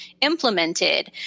implemented